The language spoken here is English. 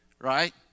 Right